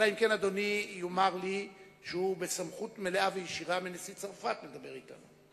אלא אם כן אדוני יאמר לי שהוא בסמכות מלאה וישירה מנשיא צרפת מדבר אתנו.